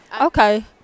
Okay